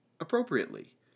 appropriately